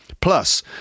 Plus